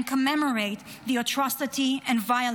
and commemorate the atrocity and violence